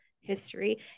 history